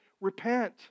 Repent